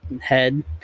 head